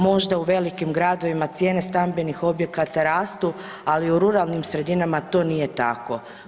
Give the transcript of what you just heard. Možda u velikim gradovima cijene stambenih objekata rastu, ali u ruralnim sredinama to nije tako.